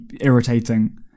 irritating